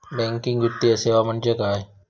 Banking वित्तीय सेवा म्हणजे काय?